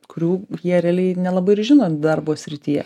kurių jie realiai nelabai ir žino darbo srityje